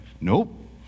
Nope